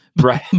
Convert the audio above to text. right